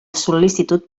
sol·licitud